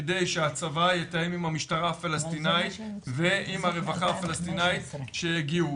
כדי שהצבא יתאם עם המשטרה הפלסטינית ועם הרווחה הפלסטינית שיגיעו.